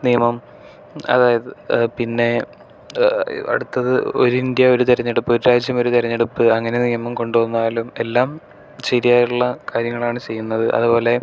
നിയമം അതായത് പിന്നെ അടുത്തത് ഒരു ഇന്ത്യ ഒരു തിരഞ്ഞെടുപ്പ് ഒരു രാജ്യം ഒരു തിരഞ്ഞെടുപ്പ് അങ്ങനെ നിയമം കൊണ്ടുവന്നാലും എല്ലാം ശെരിയായിട്ടുള്ള കാര്യങ്ങളാണ് ചെയ്യുന്നത് അതുപോലെ